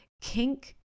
kink